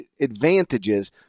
advantages